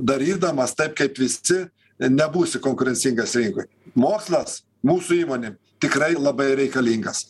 darydamas taip kaip visi nebūsi konkurencingas rinkoj mokslas mūsų įmonėm tikrai labai reikalingas